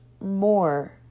more